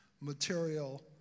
material